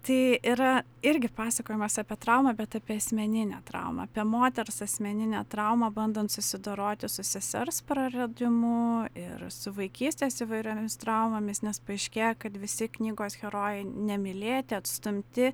tai yra irgi pasakojimas apie traumą bet apie asmeninę traumą apie moters asmeninę traumą bandant susidoroti su sesers praradimu ir su vaikystės įvairiomis traumomis nes paaiškėja kad visi knygos herojai nemylėti atstumti